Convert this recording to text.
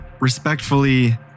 respectfully